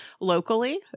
locally